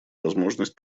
возможность